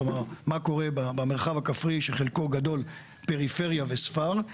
כלומר מה קורה במרחב הכפרי שחלקו גדול פריפריה וספר?